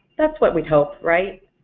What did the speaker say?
that's what we'd hope, right?